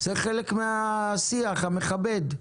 זה חלק מהשיח המכבד.